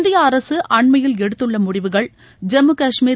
இந்திய அரசு அண்மையில் எடுத்துள்ள முடிவுகள் ஜம்மு கஷ்மீர்